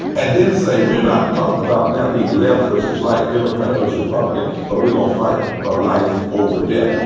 and then say, we're not talking about now being left versus right, democrat versus republican. but we're gonna fight for life over death.